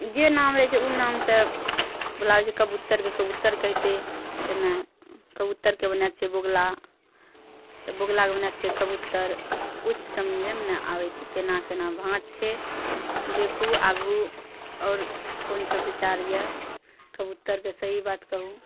जे नाम रहै छै ओ नाम सऽ बुलाबै छै कबुत्तरके कबुत्तर कहितै तऽ नहि कबुत्तरके बना दै छै बोगुला तऽ बोगुलाके बना दै छै कबुत्तर किछु समझेमे नहि आबै छै केना केना भाँज छै देखू आगू आओर कोन सब बिचार अछि कबुत्तरके सही बात कहू